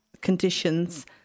conditions